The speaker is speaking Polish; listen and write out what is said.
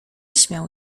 śmiał